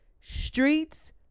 streets